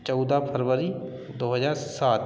चौदह फरवरी दो हज़ार सात